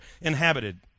inhabited